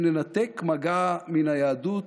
אם ננתק מגע מן היהדות,